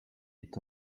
est